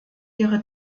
ihre